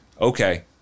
Okay